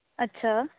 ਅੱਛਾ